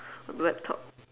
on the laptop